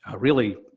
ah really,